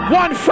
one